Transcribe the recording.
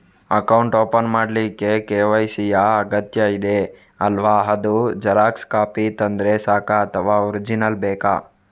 Account open ಮಾಡ್ಲಿಕ್ಕೆ KYC ಯಾ ಅಗತ್ಯ ಇದೆ ಅಲ್ವ ಅದು ಜೆರಾಕ್ಸ್ ಕಾಪಿ ತಂದ್ರೆ ಸಾಕ ಅಥವಾ ಒರಿಜಿನಲ್ ಬೇಕಾ?